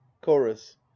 Chorus